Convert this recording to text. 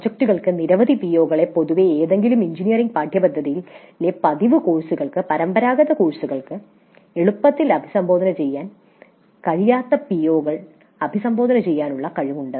പ്രോജക്റ്റുകൾക്ക് നിരവധി പിഒകളെ പൊതുവേ ഏതെങ്കിലും എഞ്ചിനീയറിംഗ് പാഠ്യപദ്ധതിയിലെ പതിവ് കോഴ്സുകൾക്ക് പരമ്പരാഗത കോഴ്സുകൾക്ക് എളുപ്പത്തിൽ അഭിസംബോധന ചെയ്യാൻ കഴിയാത്ത പിഒകൾ അഭിസംബോധന ചെയ്യാനുള്ള കഴിവുണ്ട്